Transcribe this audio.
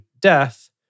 death